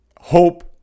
hope